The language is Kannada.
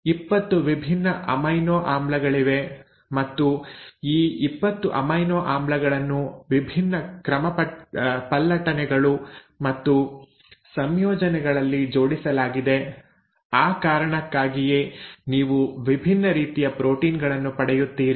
20 ವಿಭಿನ್ನ ಅಮೈನೋ ಆಮ್ಲಗಳಿವೆ ಮತ್ತು ಈ 20 ಅಮೈನೋ ಆಮ್ಲಗಳನ್ನು ವಿಭಿನ್ನ ಕ್ರಮಪಲ್ಲಟನೆಗಳು ಮತ್ತು ಸಂಯೋಜನೆಗಳಲ್ಲಿ ಜೋಡಿಸಲಾಗಿದೆ ಆ ಕಾರಣಕ್ಕಾಗಿಯೇ ನೀವು ವಿಭಿನ್ನ ರೀತಿಯ ಪ್ರೋಟೀನ್ ಗಳನ್ನು ಪಡೆಯುತ್ತೀರಿ